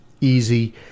easy